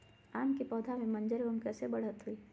आम क पौधा म मजर म कैसे बढ़त होई?